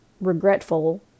regretful